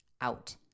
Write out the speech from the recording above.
out